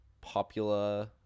popular